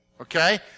Okay